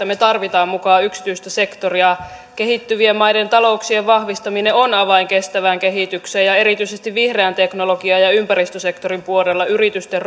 me tarvitsemme mukaan yksityistä sektoria kehittyvien maiden talouksien vahvistaminen on avain kestävään kehitykseen ja erityisesti vihreän teknologian ja ympäristösektorin puolella yritysten